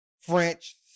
French